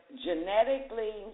genetically